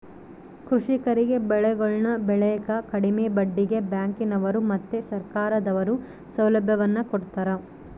ಕೃಷಿಕರಿಗೆ ಬೆಳೆಗಳನ್ನು ಬೆಳೆಕ ಕಡಿಮೆ ಬಡ್ಡಿಗೆ ಬ್ಯಾಂಕಿನವರು ಮತ್ತೆ ಸರ್ಕಾರದವರು ಸೌಲಭ್ಯವನ್ನು ಕೊಡ್ತಾರ